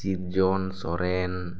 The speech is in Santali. ᱥᱤᱨᱡᱚᱱ ᱥᱚᱨᱮᱱ